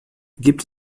gibt